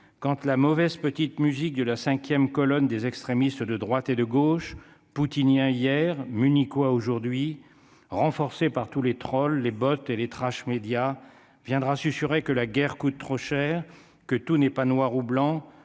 compte la mauvaise petite musique de la 5ème colonne des extrémistes de droite et de gauche poutinien hier munichois aujourd'hui renforcée par tous les trolls les bottes et les trash Médias viendra susurrer que la guerre coûte trop cher, que tout n'est pas noir ou blanc,